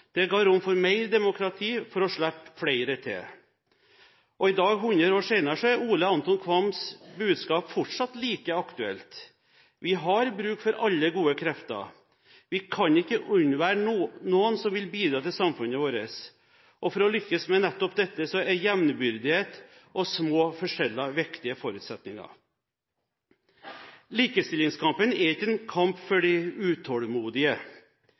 Det ga rom for mer demokrati, for å slippe flere til. I dag, 100 år senere, er Ole Anton Qvams budskap fortsatt like aktuelt. Vi har bruk for alle gode krefter, vi kan ikke unnvære noen som vil bidra til samfunnet vårt. Og for å lykkes med nettopp dette er jevnbyrdighet og små forskjeller viktige forutsetninger. Likestillingskampen er ikke en kamp for de utålmodige.